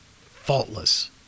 faultless